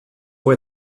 pour